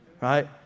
right